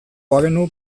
bagenu